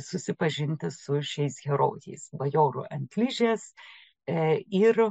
susipažinti su šiais herojais bajoru ant ližės ir